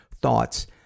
thoughts